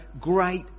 great